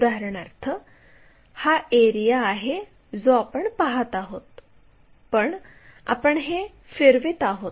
उदाहरणार्थ हा एरिया आहे जो आपण पाहत आहोत पण आपण हे फिरवित आहोत